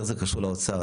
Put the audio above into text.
יותר זה קשור לאוצר.